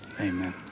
Amen